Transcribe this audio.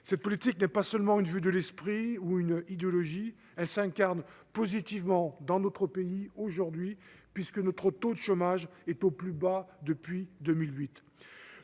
Cette politique n'est pas seulement une vue de l'esprit ou idéologique : elle s'incarne positivement dans notre pays, puisque notre taux de chômage est au plus bas depuis 2008.